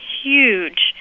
huge